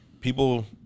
people